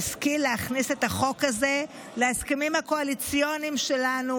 שהשכיל להכניס את החוק הזה להסכמים הקואליציוניים שלנו.